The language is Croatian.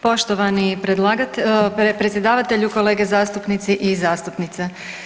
Poštovani predsjedavatelju, kolege zastupnici i zastupnice.